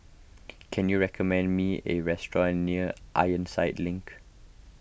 can you recommend me a restaurant near Ironside Link